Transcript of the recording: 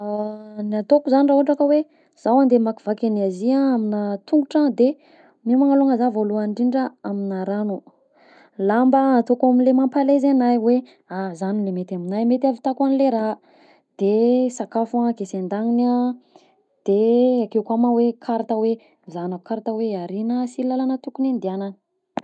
Ny ataoko zany raha ohatra ka hoe izaho andeha hamakivaky an'i Azia aminà tongotra, de miomagna alongany zah voalohany indrindra aminà rano, lamba ataoko am'le mampa-a l'aise aminahy, hoe zany le mety aminahy le mety ahavitako anle raha, de sakafo a aketsy andagniny a, de akeo koa moa hoe carte hoe hizahana carte hoe ary na asy lalagna tokony andehanana.